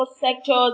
sectors